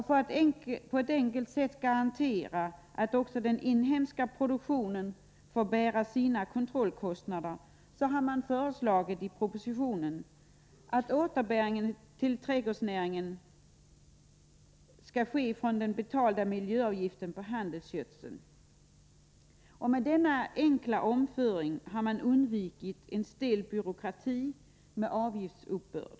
För att på ett enkelt sätt garantera att också den inhemska produktionen får bära sina kontrollkostnader har man i propositionen föreslagit att återbäringen till trädgårdsnäringen skall tas från den betalda miljöavgiften på handelsgödsel. Med denna enkla omföring har man undvikit en stel byråkrati med avgiftsuppbörd.